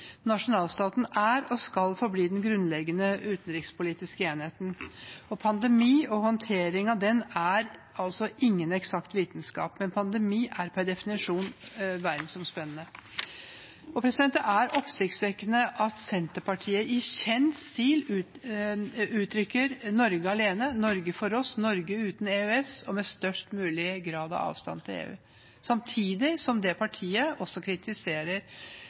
Nasjonalstaten er og skal forbli den grunnleggende utenrikspolitiske enheten. En pandemi og håndtering av den er ingen eksakt vitenskap. En pandemi er per definisjon verdensomspennende. Det er oppsiktsvekkende at Senterpartiet i kjent stil uttrykker Norge alene, Norge for oss, Norge uten EØS og med størst mulig grad av avstand til EU, samtidig som